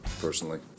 personally